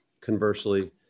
conversely